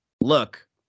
look